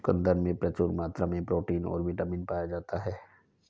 चुकंदर में प्रचूर मात्रा में प्रोटीन और बिटामिन पाया जाता ही